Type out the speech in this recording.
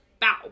bow